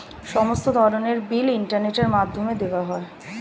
সমস্ত ধরনের বিল ইন্টারনেটের মাধ্যমে দেওয়া যায়